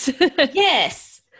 Yes